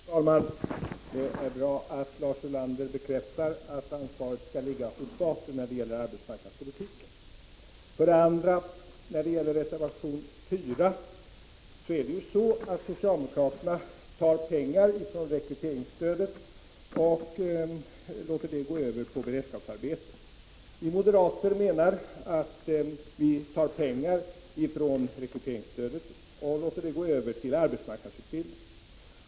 Fru talman! Det är bra att Lars Ulander bekräftar att ansvaret för arbetsmarknadspolitiken skall ligga hos staten. Socialdemokraterna tar pengar från rekryteringsstödet och för över dem på beredskapsarbeten. Vi moderater menar, som vi skriver i vår reservation 4, att vi skall ta pengar från rekryteringsstödet och låta dem gå till arbetsmarknadsutbildning.